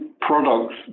products